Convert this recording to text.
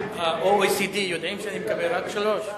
חבר הכנסת טיבי,